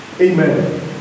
Amen